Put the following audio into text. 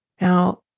Now